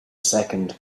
second